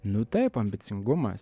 nu taip ambicingumas